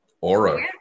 aura